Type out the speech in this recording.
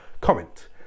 comment